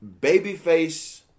babyface